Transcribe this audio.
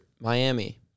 Miami